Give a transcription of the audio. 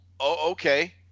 okay